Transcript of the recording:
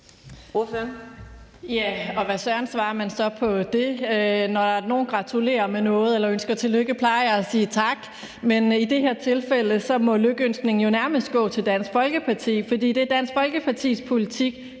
Hvad søren svarer man så til det? Når nogen gratulerer med noget eller ønsker tillykke, plejer jeg at sige tak, men i det her tilfælde må lykønskningen jo nærmest gå til Dansk Folkeparti, fordi det er Dansk Folkepartis politik,